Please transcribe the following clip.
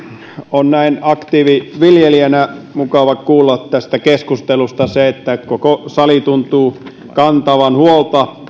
on näin aktiiviviljelijänä mukava kuulla tästä keskustelusta se että koko sali tuntuu kantavan huolta